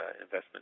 investment